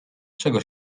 czego